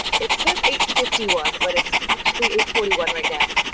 it says eight fifty one, but it's actually eight forty one right now.